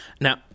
Now